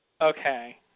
Okay